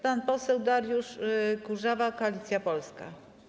Pan poseł Dariusz Kurzawa, Koalicja Polska.